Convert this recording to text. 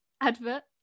advert